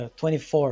24